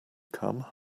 come